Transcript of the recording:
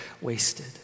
wasted